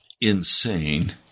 insane